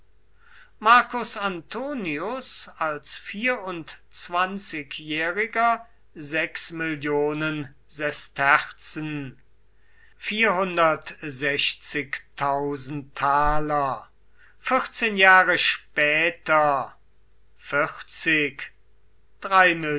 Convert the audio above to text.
marcus antonius als zwanzigjähriger mill sesterzen vierzehn jahre später